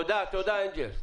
תודה, אנגל.